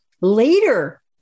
later